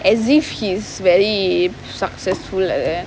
as if he's very successful like that